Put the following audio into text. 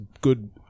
good